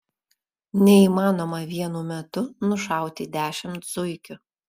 neįmanoma vienu metu nušauti dešimt zuikių